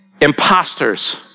imposters